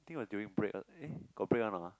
think was during break ah eh got break one or not ah